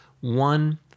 one